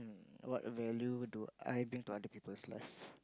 what value do I bring to other people's lives